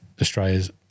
Australia's